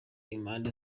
impande